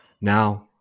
Now